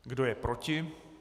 Kdo je proti?